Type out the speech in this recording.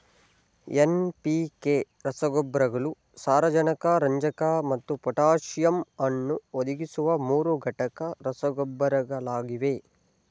NPK ರಸಗೊಬ್ಬರಗಳು ಸಾರಜನಕ ರಂಜಕ ಮತ್ತು ಪೊಟ್ಯಾಸಿಯಮ್ ಅನ್ನು ಒದಗಿಸುವ ಮೂರುಘಟಕ ರಸಗೊಬ್ಬರಗಳಾಗಿವೆ